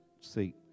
seat